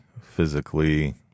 physically